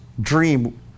dream